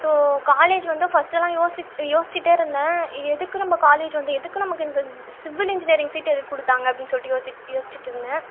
so college வந்து ஃபஸ்ட்டெல்லாம் யோசித்து யோசித்திட்டேருந்தேன் எதுக்கு நம்ம காலேஜு வந்து எதுக்கு நமக்கு இந்த சிவில் இன்ஜினியரிங் சீட் எதுக்குக் கொடுத்தாங்க அப்படின்னு சொல்லிட்டு யோசிப் யோசித்துட்டுருந்தேன்